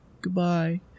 goodbye